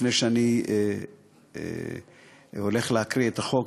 לפני שאני הולך להקריא את החוק,